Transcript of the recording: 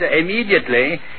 immediately